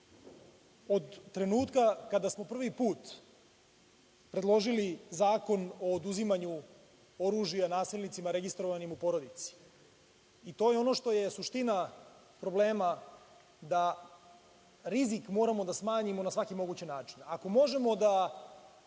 od trenutka kada smo prvi put predložili Zakon o oduzimanju oružja nasilnicima registrovanim u porodici. I to je ono što je suština problema da rizik moramo da smanjimo na svaki mogući način.